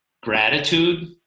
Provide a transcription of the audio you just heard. gratitude